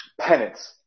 penance